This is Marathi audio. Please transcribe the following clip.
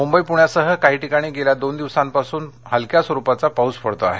मुंबई पुण्यासह काही ठिकाणी गेल्या दोन दिवसांपासून हलक्या स्वरूपाचा पाऊस पडतो आहे